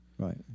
right